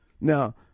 Now